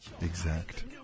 exact